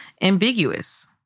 ambiguous